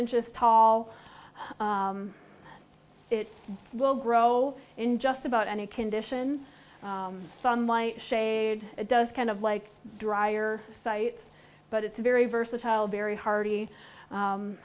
inches tall it will grow in just about any conditions sunlight shade it does kind of like drier sites but it's very versatile very hardy